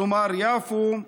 כלומר יפו,